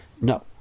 no